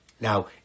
Now